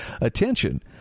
attention